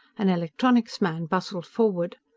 an electronics man bustled forward.